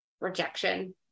rejection